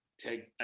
take